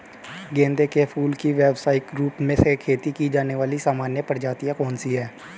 गेंदे के फूल की व्यवसायिक रूप से खेती की जाने वाली सामान्य प्रजातियां कौन सी है?